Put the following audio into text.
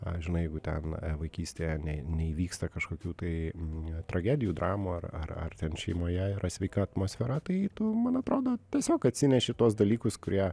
ai žinai jeigu ten vaikystėje nei neįvyksta kažkokių tai n tragedijų dramų ar ar ar ten šeimoje yra sveika atmosfera tai tu man atrodo tiesiog atsineši tuos dalykus kurie